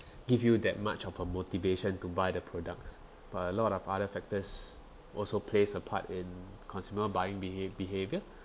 give you that much of a motivation to buy the products but a lot of other factors also plays a part in consumer buying behave~ behaviour